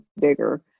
bigger